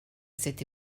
cette